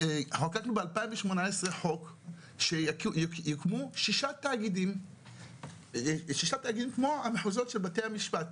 ב-2018 חוק שיוקמו שישה תאגידים כמו המחוזות של בתי המשפט,